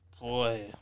Boy